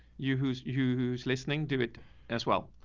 you, who's you, who's listening to it as well.